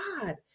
god